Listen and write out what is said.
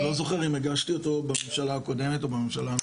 אני לא זוכר אם הגשתי אותו בממשלה הקודמת או בממשלה הנוכחית.